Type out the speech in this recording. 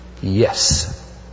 yes